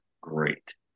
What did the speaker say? great